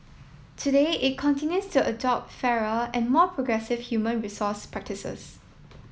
today it continues to adopt fairer and more progressive human resource practices